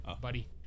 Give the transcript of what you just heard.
buddy